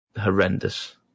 horrendous